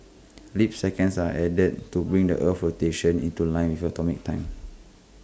leap seconds are added to bring the Earth's rotation into line with atomic time